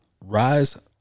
Rise